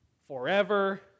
forever